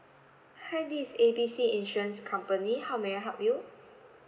hi this is A B C insurance company how may I help you